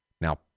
Now